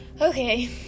Okay